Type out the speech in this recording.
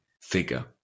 figure